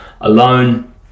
alone